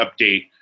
Update